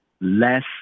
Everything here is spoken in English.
Less